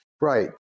Right